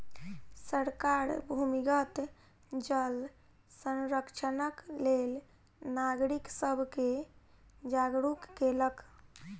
सरकार भूमिगत जल संरक्षणक लेल नागरिक सब के जागरूक केलक